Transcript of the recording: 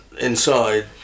inside